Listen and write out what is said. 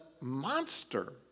monster